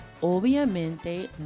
Obviamente